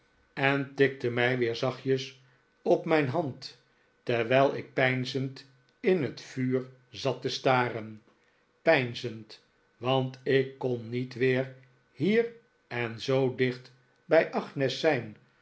en tikte mij weer zachtjes op mijn hand terwijl ik peinzend in het vuur zat te staren peinzend want ik kon niet weer hier en zoo dicht bii agnes zijn